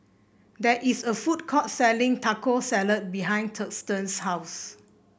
there is a food court selling Taco Salad behind Thurston's house